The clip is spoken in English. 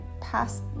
past